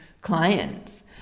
clients